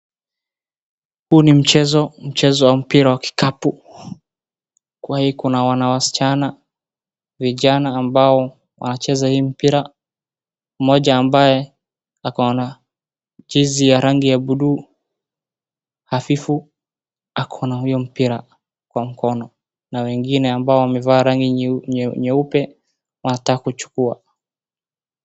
Huu ni mchezo, mchezo wa mpira wa kikapu. Kwa hii kuna wanawasichana, vijana ambao wanacheza hii mpira, mmoja ambaye ako na jezi ya rangi ya buluu hafifu, ako na huyo mpira kwa mkono, na wengine ambao wamevaa rangi nyeupe wanataka kuchukua.